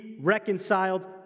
reconciled